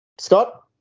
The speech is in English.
Scott